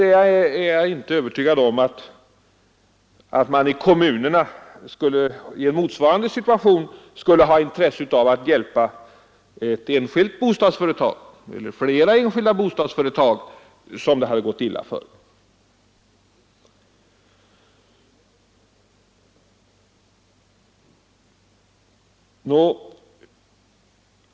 Däremot är jag inte övertygad om att kommunerna i motsvarande situation skulle ha intresse av att hjälpa ett enskilt bostadsföretag eller flera enskilda bostadsföretag som det hade gått illa för.